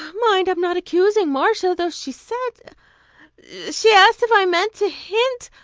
mind, i'm not accusing marcia, though she said she asked if i meant to hint